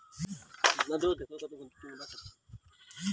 हम अपन आर.डी पर अपन परिपक्वता निर्देश जानेके चाहतानी